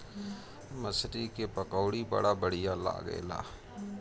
मछरी के पकौड़ी बड़ा बढ़िया लागेला